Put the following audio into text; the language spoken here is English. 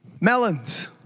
melons